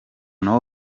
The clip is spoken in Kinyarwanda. nabo